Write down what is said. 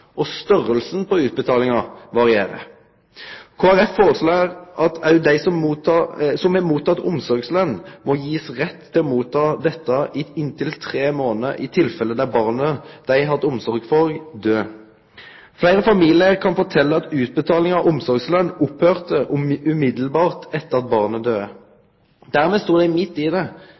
og størrelsen på utbetalingen varierer. Kristelig Folkeparti foreslår at også de som har mottatt omsorgslønn, må gis rett til å motta dette i inntil tre måneder i tilfeller der barnet de har hatt omsorg for, dør. Flere familier kan fortelle at utbetalingen av omsorgslønn opphørte umiddelbart etter at barnet døde. Dermed sto de midt i sorgen uten inntekt. Det